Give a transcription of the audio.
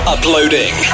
Uploading